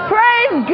Praise